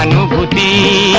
will be